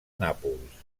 nàpols